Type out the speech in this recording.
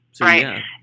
Right